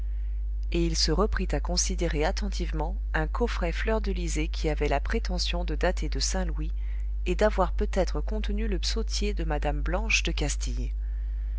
et il se reprit à considérer attentivement un coffret fleurdelisé qui avait la prétention de dater de saint louis et d'avoir peut-être contenu le psautier de madame blanche de castille